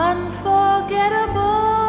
Unforgettable